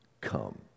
come